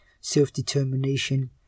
self-determination